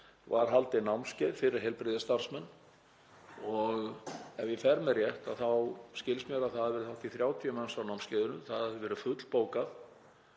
áðan, haldið námskeið fyrir heilbrigðisstarfsmenn. Ef ég fer með rétt þá skilst mér að það hafi verið 30 manns á námskeiðinu, það hafi verið fullbókað